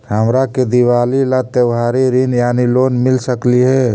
हमरा के दिवाली ला त्योहारी ऋण यानी लोन मिल सकली हे?